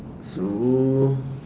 so